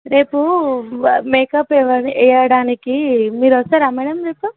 రేపూ makeup ఎవ వేయడానికి మీరు వస్తారా మేడం రేపు